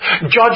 Judge